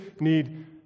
need